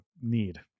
need